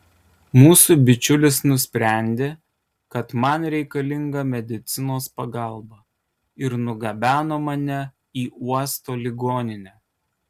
mūsų bičiulis nusprendė kad man reikalinga medicinos pagalba ir nugabeno mane į uosto ligoninę